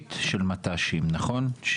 תוכנית של מת"שים, נכון?